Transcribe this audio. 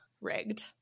rigged